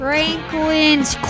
Franklin's